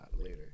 later